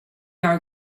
are